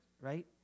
Right